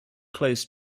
close